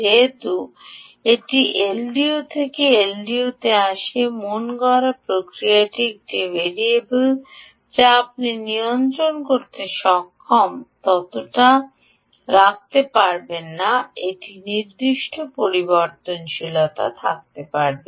যেহেতু এটি এলডিও থেকে এলডিওতে আসে মনগড়া প্রক্রিয়াটি একটি ভেরিয়েবল যা আপনি নিয়ন্ত্রণ করতে সক্ষম ততটা রাখতে পারবেন না এটির নির্দিষ্ট পরিবর্তনশীলতা থাকতে পারে